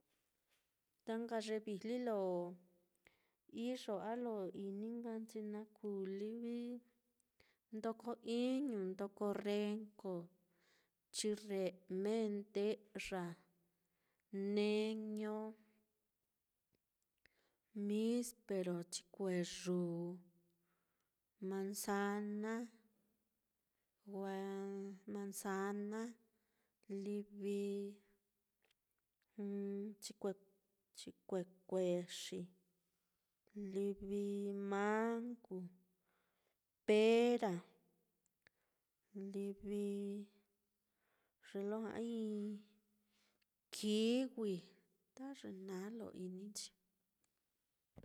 Ta nka ye vijli lo iyo a lo ini nka nchi naá, kuu livi ndoko iñu, ndoko renko, chirre'me, nde'ya, neño, mispero, chikueyūū, manzana, gua-manzana, livi chikue-chikue kurxi, livi mangu, pera, livi ye lo ja'ai kiwi, ta ye naá lo ininchi.